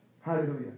Hallelujah